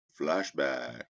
Flashback